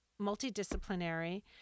multidisciplinary